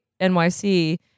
NYC